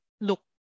look